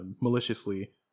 maliciously